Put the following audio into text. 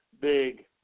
big